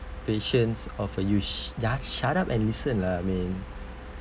patience of a you s~ ya shut up and listen lah min